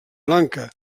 blanca